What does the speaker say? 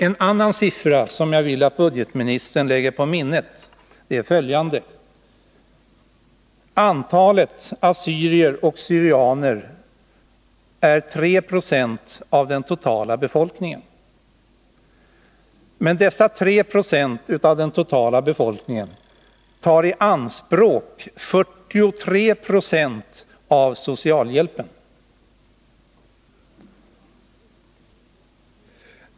En annan siffra som jag vill att budgetministern lägger på minnet är följande: Antalet assyrier och syrianer utgör 3 26 av den totala befolkningen. Dessa 3 20 av den totala befolkningen tar i anspråk 43 90 av socialhjälpen.